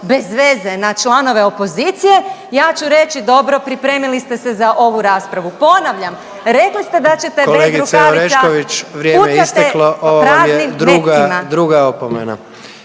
bezveze na članove opozicije, ja ću reći dobro, pripremili ste se za ovu raspravu. Ponavljam, rekli ste da ćete… …/Upadica predsjednik: